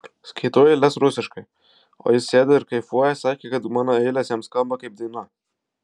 skaitau eiles rusiškai o jis sėdi ir kaifuoja sakė kad mano eilės jam skamba kaip daina